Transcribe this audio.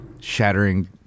shattering